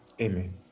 Amen